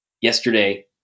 yesterday